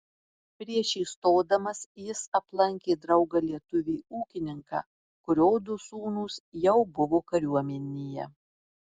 prieš įstodamas jis aplankė draugą lietuvį ūkininką kurio du sūnūs jau buvo kariuomenėje